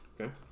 Okay